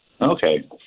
Okay